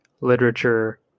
literature